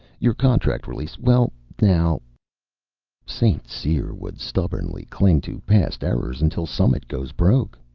your contract release. well, now st. cyr would stubbornly cling to past errors until summit goes broke,